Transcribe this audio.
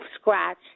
scratch